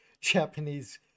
Japanese